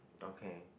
okay